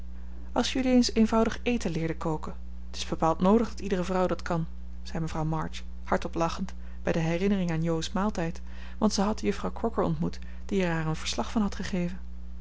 als jullie eens eenvoudig eten leerde koken t is bepaald noodig dat iedere vrouw dat kan zei mevrouw march hardop lachend bij de herinnering aan jo's maaltijd want ze had juffrouw crocker ontmoet die er haar een verslag van had gegeven